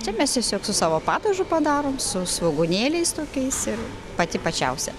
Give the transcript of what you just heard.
čia mes tiesiog su savo padažu padarom su svogūnėliais tokiais ir pati pačiausia